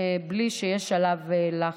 בלי שיהיה עליו לחץ.